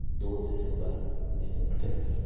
दो दिसंबर उन्नीस सो अठहत्तर